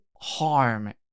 harm